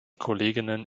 kolleginnen